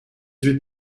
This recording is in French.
huit